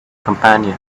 companion